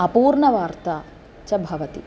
अपूर्णवार्ता च भवति